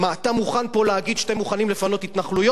אתה מוכן פה להגיד שאתם מוכנים לפנות התנחלויות?